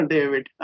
David